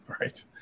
right